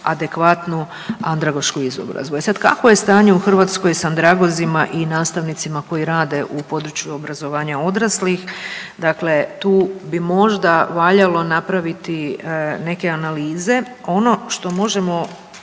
adekvatnu andragošku izobrazbu. E sad kakvo je stanje u Hrvatskoj s andragozima i nastavnicima koji rade u području obrazovanja odraslih. Dakle, tu bi možda valjalo napraviti neke analize. Ono što možemo